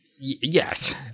yes